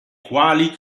quali